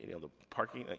and the parking.